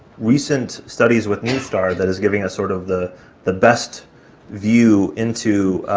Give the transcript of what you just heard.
recent studies with nustar that is giving us sort of the the best view into,